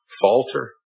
falter